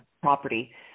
property